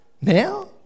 Now